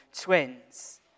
twins